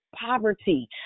poverty